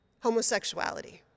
homosexuality